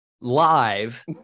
live